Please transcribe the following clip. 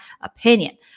opinion